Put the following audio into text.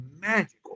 magical